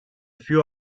few